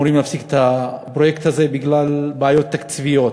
היום אמורים להפסיק את הפרויקט הזה בגלל בעיות תקציביות.